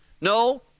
No